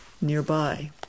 nearby